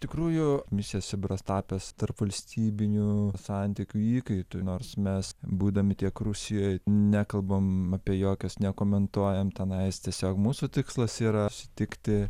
tikrųjų misija sibiras tapęs tarpvalstybinių santykių įkaitu nors mes būdami tiek rusijoj nekalbam apie jokias nekomentuojam tenais tiesiog mūsų tikslas yra susitikti